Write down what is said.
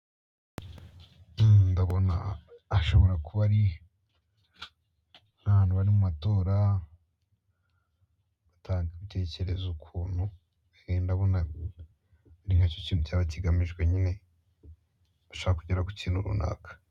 Ndabona ashobora kuba ari abantu bari mu matora batanga ibitekerezo ukuntu ndabona ari nkacyo kintu cyaba kigamijwe nyine bashaka kugera ku kintu runaka.